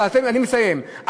אני מסיים,